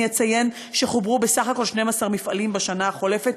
אני אציין שחוברו בסך הכול 12 מפעלים בשנה החולפת,